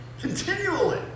Continually